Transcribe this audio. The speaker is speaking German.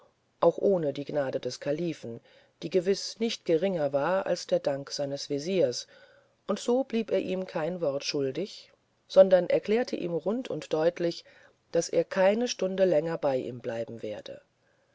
auch ohne die gnade des kalifen die gewiß nicht geringer war als der dank seines wesirs und so blieb er ihm kein wort schuldig sondern erklärte ihm rund und deutlich daß er keine stunde länger bei ihm bleiben werde